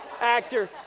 actor